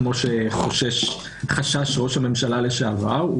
כמו שחשש ראש הממשלה לשעבר.